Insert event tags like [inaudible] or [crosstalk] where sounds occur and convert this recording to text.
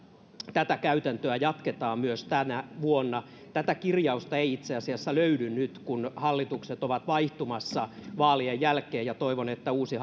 tätä käytäntöä jatketaan myös tänä vuonna tätä kirjausta ei itse asiassa löydy nyt kun hallitus on vaihtumassa vaalien jälkeen ja toivon että uusi [unintelligible]